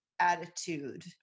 attitude